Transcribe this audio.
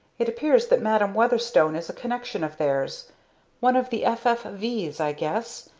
it appears that madam weatherstone is a connection of theirs one of the f. f. v's, i guess,